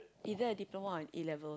either a diploma or an A-levels